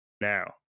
Now